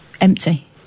empty